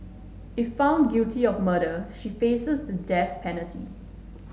if found guilty of murder she faces the death penalty